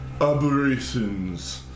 aberrations